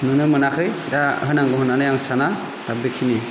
नुनो मोनाखै दा होनांगौ होननानै आं साना दा बेखिनियानो